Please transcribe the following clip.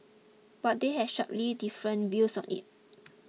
but they have sharply different views on it